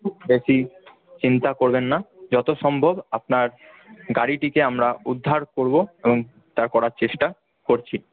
বেশি চিন্তা করবেন না যত সম্ভব আপনার গাড়িটিকে আমরা উদ্ধার করবো এবং তা করার চেষ্টা করছি